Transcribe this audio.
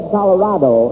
Colorado